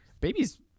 babies